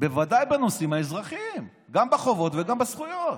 בוודאי בנושאים האזרחיים, גם בחובות וגם בזכויות.